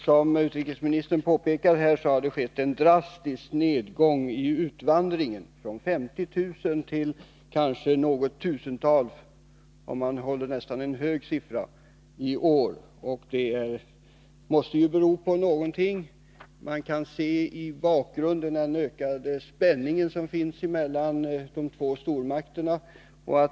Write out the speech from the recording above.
Som utrikesministern påpekar har det skett en drastisk nedgång i utvandringen, från 50 000 judar till kanske något tusental i år — jag håller mig till en något högre siffra än utrikesministern. Denna nedgång måste bero på någonting. Man kanske kan se den som ett uttryck för den ökade spänningen mellan de två stormakterna.